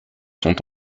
sont